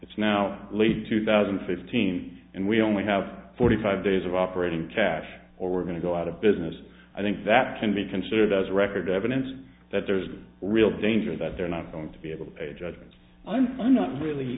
it's now lead two thousand and fifteen and we only have forty five days of operating cash or we're going to go out of business i think that can be considered as a record evidence that there's a real danger that they're not going to be able to pay judgments and i'm not really